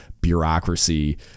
bureaucracy